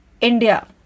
India